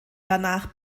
danach